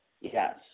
Yes